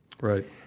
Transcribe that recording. Right